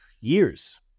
years